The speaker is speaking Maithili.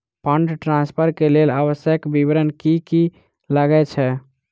फंड ट्रान्सफर केँ लेल आवश्यक विवरण की की लागै छै?